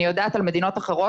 אני יודעת על מדינות אחרות,